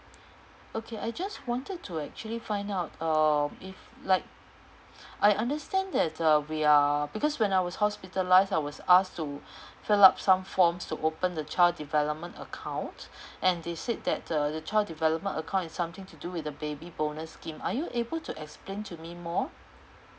okay I just wanted to actually find out um if like I understand that uh we are because when I was hospitalized I was asked to fill up some forms to open the child development account and they said that the child development account is something to do with the baby bonus scheme are you able to explain to me more